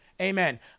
Amen